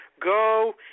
go